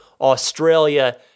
Australia